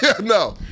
no